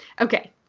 Okay